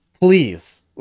Please